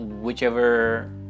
Whichever